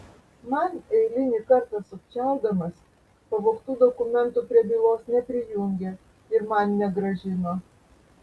man eilinį kartą sukčiaudamas pavogtų dokumentų prie bylos neprijungė ir man negrąžino